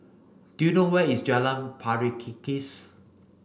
do you know where is Jalan Pari Kikis